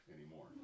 Anymore